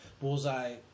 Bullseye